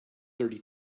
thirty